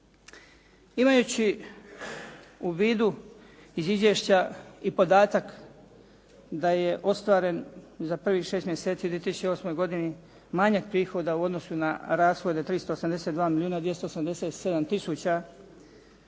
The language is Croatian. Imajući u vidu iz izvješća i podatak da je ostvaren za prvih šest mjeseci u 2008. godini manjak prihoda u odnosu na rashode, 382 milijuna 287 tisuća